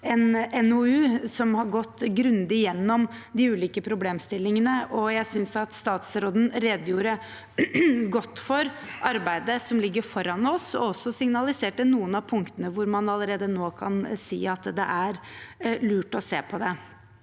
en NOU som har gått grundig gjennom de ulike problemstillingene, og jeg synes statsråden redegjorde godt for arbeidet som ligger foran oss, og også signaliserte noen av punktene som man allerede nå kan si at det er lurt å se på.